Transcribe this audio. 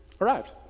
arrived